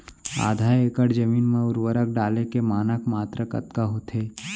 आधा एकड़ जमीन मा उर्वरक डाले के मानक मात्रा कतका होथे?